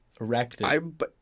Erected